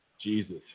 Jesus